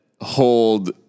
hold